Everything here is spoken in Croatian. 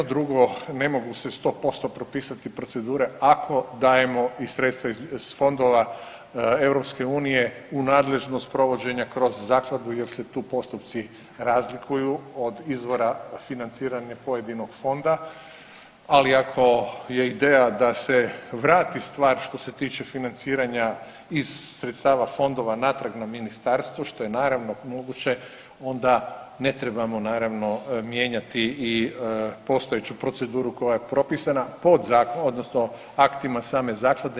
Drugo ne mogu se 100% propisati procedure ako dajemo i sredstva iz fondova EU u nadležnost provođenja kroz zakladu jer se tu postupci razlikuju od izvora financiranja pojedinog fonda, ali ako je ideja da se vrati stvar što se tiče financiranja iz sredstava fondova natrag na ministarstvo što je naravno moguće onda ne trebamo naravno mijenjati i postojeću proceduru koja je propisana pod odnosno aktima same zaklade.